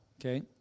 okay